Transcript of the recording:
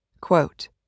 Quote